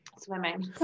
swimming